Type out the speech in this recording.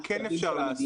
אדוני, מה כן אפשר לעשות?